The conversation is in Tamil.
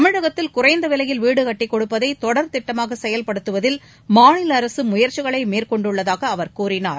தமிழகத்தில் குறைந்த விலையில் வீடு கட்டிக் கொடுப்பதை தொடர் திட்டமாக செயல்படுத்துவதில் மாநில அரசு முயற்சிகளை மேற்கொண்டுள்ளதாக அவர் கூறினார்